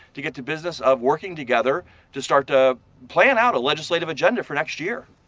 to get to business of working together to start to plan out a legislative agenda for next year.